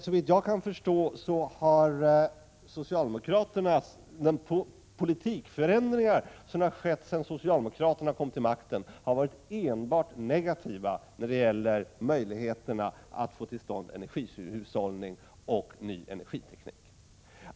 Såvitt jag kan förstå har de politiska förändringar som har skett sedan socialdemokraterna kom till makten varit enbart negativa beträffande möjligheterna att få till stånd energihushållning och ny energiteknik.